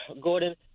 Gordon